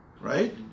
Right